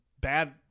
bad